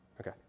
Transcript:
Okay